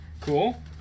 cool